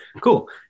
Cool